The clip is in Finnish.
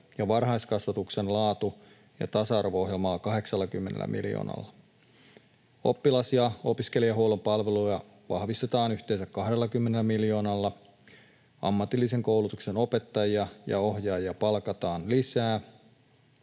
ja varhaiskasvatuksen laatu‑ ja tasa-arvo-ohjelmaa 80 miljoonalla. Oppilas‑ ja opiskelijahuollon palveluja vahvistetaan yhteensä 20 miljoonalla. Ammatillisen koulutuksen opettajia ja ohjaajia palkataan lisää